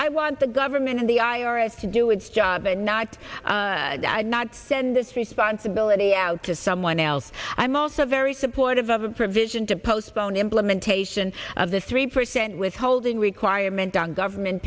i want the government and the i r s to do its job and not not send this responsibility out to someone else i'm also very supportive of a provision to postpone implementation of this three percent withholding requirement on government